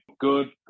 good